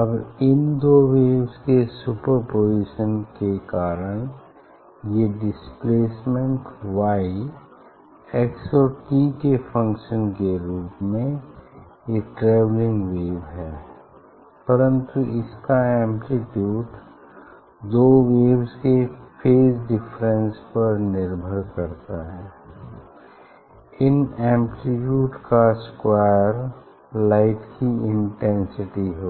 अब इन दो वेव्स के सुपरपोज़िशन के कारण ये डिस्प्लेसमेंट Y x और t के फंक्शन के रूप में ये ट्रेवलिंग वेव हैपरन्तु इसका एम्प्लीट्यूड दो वेव्स के फेज डिफरेंस पर निर्भर करता है इस एम्प्लीट्यूड का स्क्वायर लाइट की इंटेंसिटी होगी